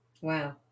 Wow